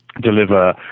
deliver